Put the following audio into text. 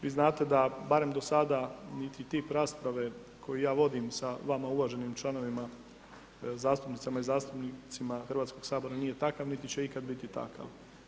Vi znate da, barem do sada, niti tip rasprave koju ja vodim sa vama, uvaženim članovima, zastupnicama i zastupnicima HS nije takav, niti će ikada biti takav.